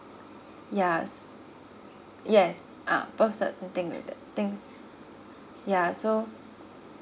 yeah s~ yes ah birth cert and think with that things yeah so